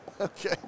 Okay